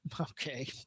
okay